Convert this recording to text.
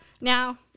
now